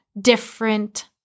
different